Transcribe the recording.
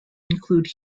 include